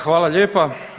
Hvala lijepa.